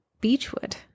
Beechwood